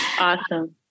Awesome